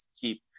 keep